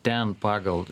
ten pagal